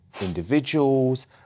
individuals